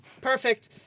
perfect